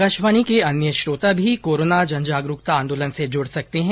आकाशवाणी के अन्य श्रोता भी कोरोना जनजागरुकता आंदोलन से जूड सकते हैं